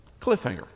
Cliffhanger